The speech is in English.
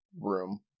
room